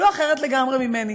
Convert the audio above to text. לא אחרת לגמרי ממני,